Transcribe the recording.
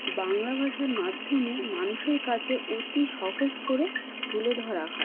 বাংলা ভাষার মাধ্যমে মানুষের কাসে অতি সহজ করে তুলে ধরা হয়